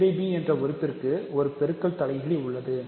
ab என்ற உறுப்பிற்கு ஒரு பெருக்க தலைகீழ் உள்ளது